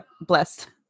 Blessed